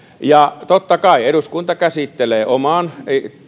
totta kai eduskunta käsittelee oman